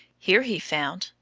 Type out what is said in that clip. here he found,